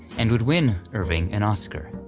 and would win irving an oscar.